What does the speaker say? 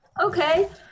Okay